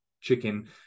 chicken